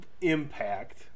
impact